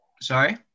Sorry